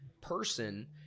person